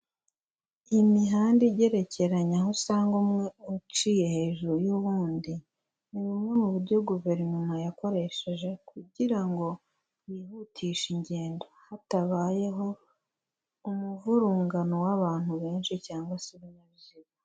Imihanda igerekeranye aho usanga umwe uciye hejuru y'uwundi, ubu ni uburyo guverinoma yakoresheje kugira ngo yihutishe ingendo hatabayeho umuvurungano w'abantu benshi cyangwa se ibinyabiziga.